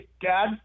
dad